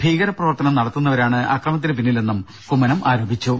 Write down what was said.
ഭീകരപ്രവർത്തനം നടത്തുന്നവരാണ് അക്രമത്തിന് പിന്നിലെന്നും കുമ്മനം ആരോപിച്ചു